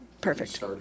perfect